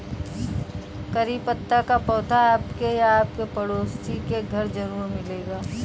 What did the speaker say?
करी पत्ता का पौधा आपके या आपके पड़ोसी के घर ज़रूर मिलेगा